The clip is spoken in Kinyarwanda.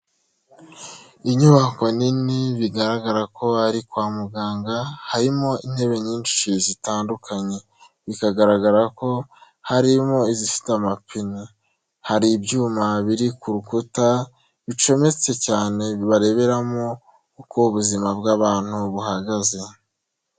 Inyubako nini bigaragara ko ari kwa muganga harimo intebe nyinshi zitandukanye, bikagaragara ko harimo izifite amapine, hari ibyuma biri ku rukuta bicometse cyane bareberamo uko ubuzima bw'abantu buhagaze.